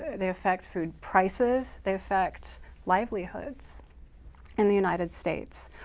they affect food prices, they affect livelihoods in the united states.